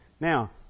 Now